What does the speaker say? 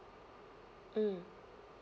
mm